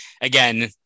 again